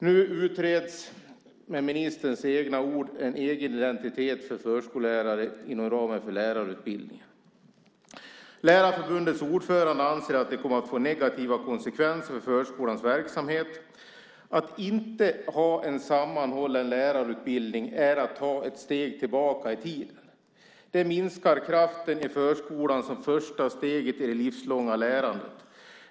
Nu utreds, med ministerns egna ord, en egen identitet för förskollärare inom ramen för lärarutbildningen. Lärarförbundets ordförande anser att det kommer att få negativa konsekvenser för förskolans verksamhet. Att inte ha en sammanhållen lärarutbildning är att ta ett steg tillbaka i tiden. Det minskar kraften i förskolan som första steget i det livslånga lärandet.